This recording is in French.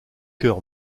cœur